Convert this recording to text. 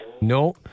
no